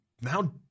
now